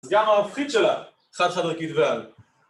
זה גם על ההופכית שלה, חד חד ערכית ועל.